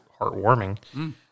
heartwarming